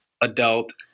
adult